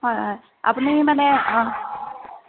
হয় হয় আপুনি মানে অ'